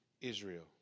Israel